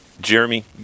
jeremy